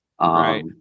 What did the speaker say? Right